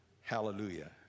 Hallelujah